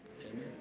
Amen